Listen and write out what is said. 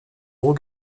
gros